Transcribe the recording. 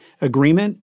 agreement